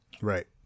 Right